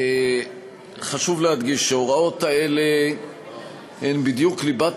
חשוב להדגיש שההוראות האלה הן בדיוק ליבת